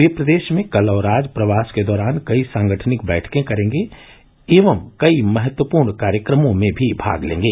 वे प्रदेश में कल और आज प्रवास के दौरान कई सांगठनिक बैठकें करेंगे एवं कई महत्वपूर्ण कार्यक्रमों में भी भाग लेंगे